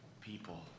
people